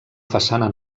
façana